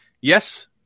Yes